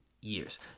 years